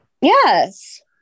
Yes